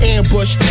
Ambush